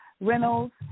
Reynolds